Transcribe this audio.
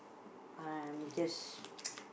I'm just